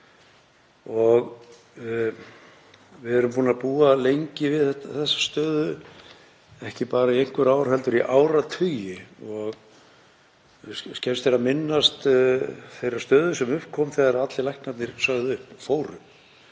Við erum búnir að búa lengi við þessa stöðu, ekki bara í einhver ár heldur í áratugi, og skemmst er að minnast þeirrar stöðu sem upp kom þegar allir læknarnir sögðu upp